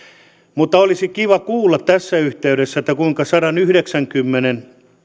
mutta olisi kiva kuulla tässä yhteydessä kuinka sadanyhdeksänkymmenen